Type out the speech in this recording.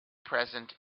present